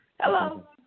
hello